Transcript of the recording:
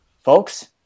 folks